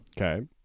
Okay